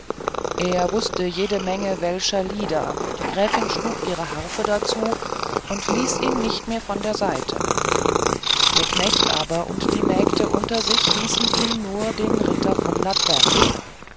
er wußte eine menge welscher lieder die gräfin schlug ihre harfe dazu und ließ ihn nicht mehr von der seite die knechte aber und die mägde unter sich hießen ihn nur den ritter von latwerg